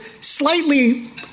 slightly